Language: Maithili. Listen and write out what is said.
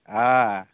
हँ